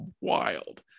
wild